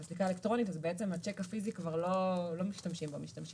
האלקטרונית אז לא משתמשים כבר בשיק הפיזי,